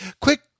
quick